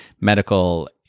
medical